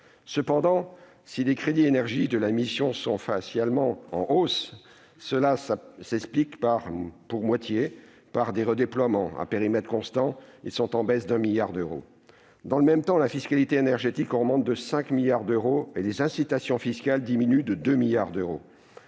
Cependant, si les crédits de la mission consacrés à l'énergie sont facialement en hausse, cette augmentation s'explique, pour moitié, par des redéploiements. À périmètre constant, ils sont en baisse de 1 milliard d'euros. Dans le même temps, la fiscalité énergétique augmente de 5 milliards d'euros et les incitations fiscales diminuent de 2 milliards d'euros.